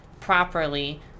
properly